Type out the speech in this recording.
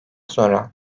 sonra